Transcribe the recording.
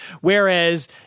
whereas